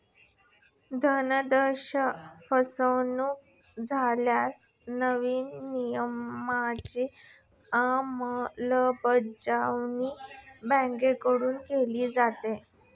धनादेश फसवणुक झाल्यास नव्या नियमांची अंमलबजावणी बँकांकडून केली जाते